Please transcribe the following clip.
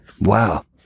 Wow